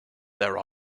there